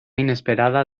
inesperada